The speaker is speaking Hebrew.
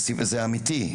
זה אמיתי,